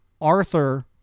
Arthur